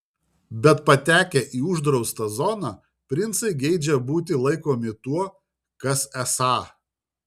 bet patekę į uždraustą zoną princai geidžia būti laikomi tuo kas esą